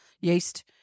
yeast